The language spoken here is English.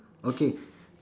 okay